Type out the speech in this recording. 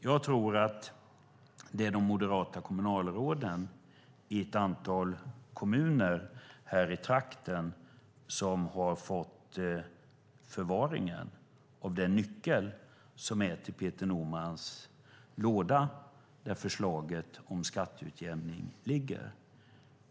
Jag tror att det är de moderata kommunalråden i ett antal kommuner här i trakten som har fått förvaringen av den nyckel som går till Peter Normans låda där förslaget om skatteutjämning ligger.